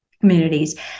communities